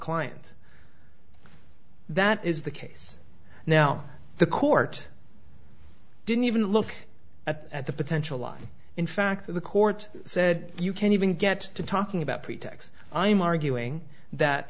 client that is the case now the court didn't even look at the potential law in fact the court said you can't even get to talking about pretext i'm arguing that